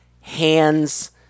hands